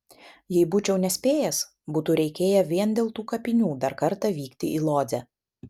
jei būčiau nespėjęs būtų reikėję vien dėl tų kapinių dar kartą vykti į lodzę